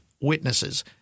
witnesses